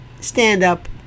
stand-up